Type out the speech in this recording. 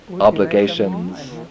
obligations